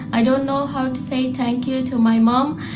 i don't know how to say thank you to my mom.